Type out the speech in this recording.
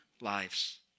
lives